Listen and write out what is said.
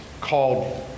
called